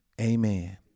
Amen